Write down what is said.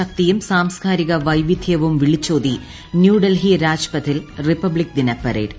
ശക്തിയും സാസ്കാരിക വൈവിധ്യവും വിളിച്ചോതി ന്യൂഡൽഹി രാജ്പഥിൽ റിപ്പബ്ലിക് ദിന പരേഡ്